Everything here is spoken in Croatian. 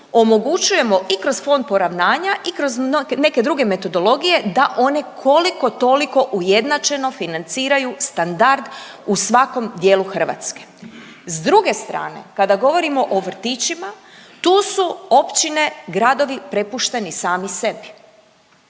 omogućujemo i kroz fond poravnanja i kroz neke druge metodologije da oni koliko toliko ujednačeno financiraju standard u svakom dijelu Hrvatske. S druge strane kada govorimo o vrtićima tu su općine, gradovi prepušteni sami sebi.